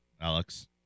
Alex